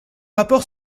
rapport